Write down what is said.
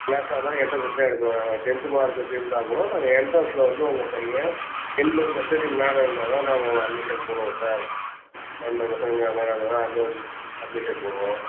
க்ளாஸாக இருந்தாலும் எண்ட்ரன்ஸ் வச்சு தான் எடுக்குறோம் நாங்கள் டென்த்து மார்க் வச்சுருந்தா கூட நாங்கள் எண்ட்ரன்ஸ்ஸில் வந்து உங்கள் பையன் எண்பது பர்சன்டேஜ்க்கு மேலே இருந்தால் தான் நாங்கள் அட்மிஷன் போடுவோம் சார் எண்பது பர்சன்டேஜ்க்கு மே மேலே இருந்தால் தான் நியூ அட்மிஷன் அட்மிஷன் போடுவோம்